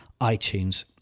iTunes